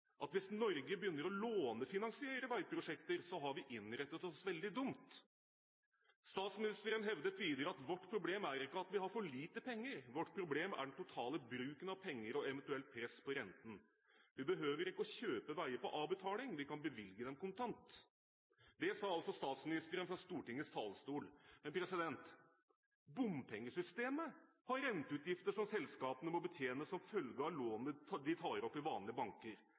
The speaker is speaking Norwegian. at «hvis Norge begynner å lånefinansiere veiprosjekter, har vi innrettet oss veldig dumt». Statsministeren hevdet videre: «Vårt problem er ikke at vi har for lite penger, vårt problem er den totale bruken av penger og eventuelt press på renten. Vi behøver ikke å kjøpe veier på avbetaling, vi kan bevilge til dem kontant.» Det sa altså statsministeren fra Stortingets talerstol. Men bompengesystemet har renteutgifter som selskapene må betjene som følge av lån de tar opp i vanlige banker.